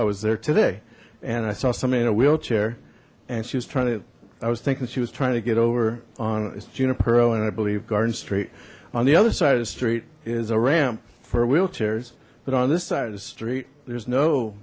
i was there today and i saw somebody in a wheelchair and she was trying to i was thinking she was trying to get over on juniper oh and i believe garden street on the other side of the street is a ramp for wheelchairs but on this side of the street there's no